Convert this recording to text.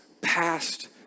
past